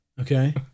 okay